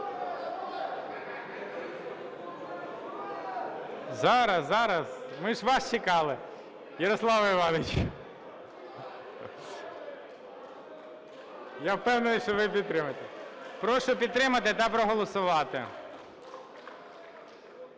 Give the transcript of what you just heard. Зараз, зараз, ми ж вас чекали, Ярославе Івановичу. Я впевнений, що ви підтримаєте. Прошу підтримати та проголосувати.